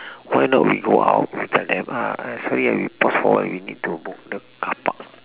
why not we go out we tell them uh uh sorry ah we pause for a while we need to book the carpark